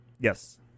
Yes